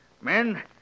Men